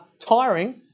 tiring